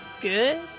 good